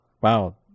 Wow